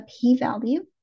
p-value